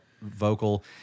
vocal